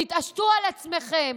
תתעשתו על עצמכם.